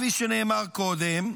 כפי שנאמר קודם,